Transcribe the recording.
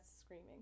screaming